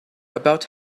about